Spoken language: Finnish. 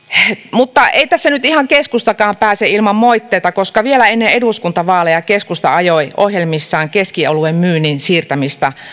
mutta ei tässä nyt keskustakaan pääse ihan ilman moitteita koska vielä ennen eduskuntavaaleja keskusta ajoi ohjelmissaan keskioluen myynnin siirtämistä